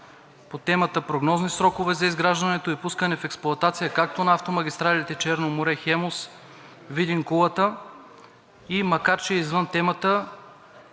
по темата – прогнозни срокове за изграждането и пускането в експлоатация както на автомагистралите „Черно море“, „Хемус“, Видин – Кулата, и макар че е извън темата,